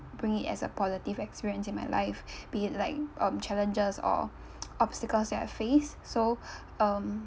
bring it as a positive experience in my life be it like um challenges or obstacles that I face so um